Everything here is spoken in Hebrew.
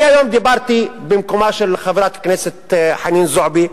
היום דיברתי במקומה של חברת הכנסת חנין זועבי,